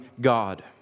God